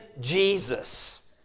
Jesus